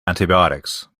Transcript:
antibiotics